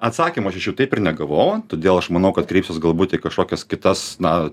atsakymo aš iš jų taip ir negavau todėl aš manau kad kreipsiuos galbūt į kažkokias kitas na